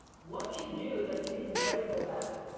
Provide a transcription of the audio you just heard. once you do, like, you can never go back.